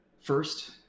first